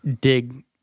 dig